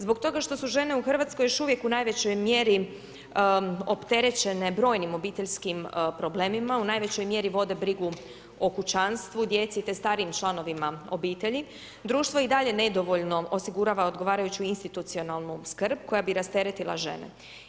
Zbog toga što su žene u Hrvatskoj još uvijek u najvećoj mjeri opterećene brojnim obiteljskim problemima, u najvećoj mjeri vode brigu o kućanstvu, djeci te starijim članovima obitelji, društvo i dalje nedovoljno osigurava odgovarajući institucionalnu skrb koja bi rasteretila žene.